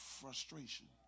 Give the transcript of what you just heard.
frustration